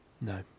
No